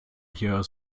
hier